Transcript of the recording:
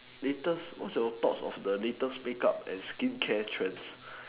latest what's your thought of the latest makeup and skincare trend